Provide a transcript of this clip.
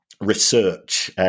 research